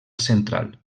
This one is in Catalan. central